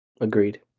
Agreed